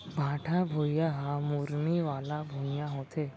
भाठा भुइयां ह मुरमी वाला भुइयां होथे